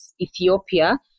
Ethiopia